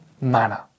manner